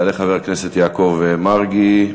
יעלה חבר הכנסת יעקב מרגי,